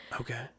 Okay